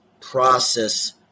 process